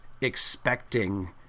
expecting